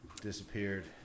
disappeared